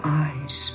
eyes